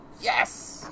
Yes